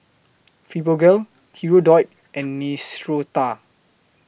Fibogel Hirudoid and Neostrata